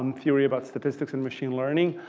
um theory about statistics and machine learning.